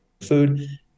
food